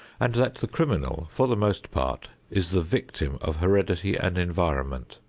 and that the criminal for the most part is the victim of heredity and environment.